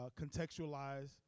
contextualize